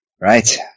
Right